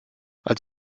als